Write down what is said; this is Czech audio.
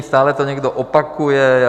Stále to někdo opakuje.